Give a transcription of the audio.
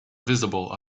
visible